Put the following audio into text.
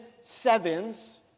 sevens